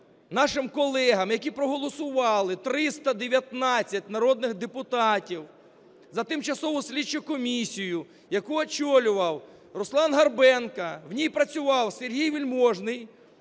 нашим колегам, які проголосували, 319 народних депутатів, за тимчасову слідчу комісію, яку очолював Руслан Горбенко. В ній працював Сергій Вельможний,